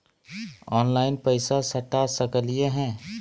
Online पैसा सटा सकलिय है?